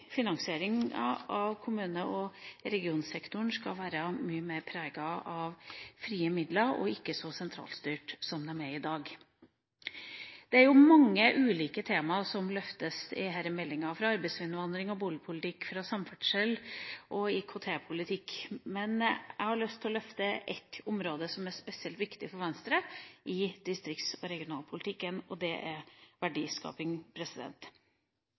finansieringa av kommunal- og regionalsektoren skal være mye mer preget av frie midler og ikke være så sentralstyrt som i dag. Det er mange ulike temaer som løftes i denne meldinga – arbeidsinnvandring, boligpolitikk, samferdsel og IKT-politikk. Men jeg har lyst til å løfte et område som er spesielt viktig for Venstre i distrikts- og regionalpolitikken, og det er verdiskaping.